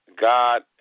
God